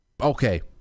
Okay